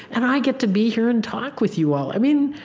and i get to be here and talk with you all. i mean,